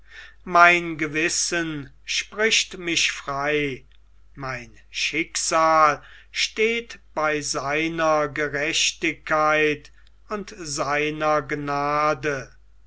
mein gewissen spricht mich frei mein schicksal steht bei seiner gerechtigkeit und seiner gnade